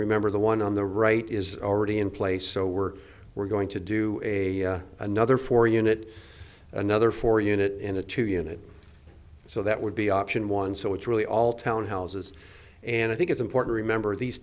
remember the one on the right is already in place so we're we're going to do a another four unit another four unit in a two unit so that would be option one so it's really all townhouses and i think it's important remember these